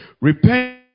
Repent